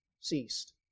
ceased